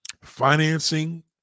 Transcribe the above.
Financing